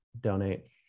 donate